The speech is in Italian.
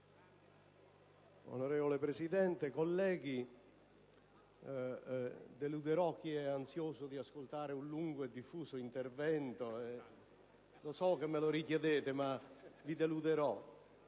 Onorevole Presidente, colleghi, deluderò chi è ansioso di ascoltare un lungo e diffuso intervento; lo so che me lo richiedete, ma vi deluderò.